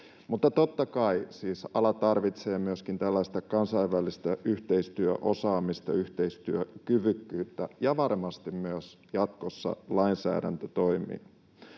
Mutta totta kai siis ala tarvitsee myöskin tällaista kansainvälistä yhteistyöosaamista, yhteistyökyvykkyyttä ja varmasti myös jatkossa lainsäädäntötoimia.